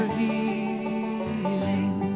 healing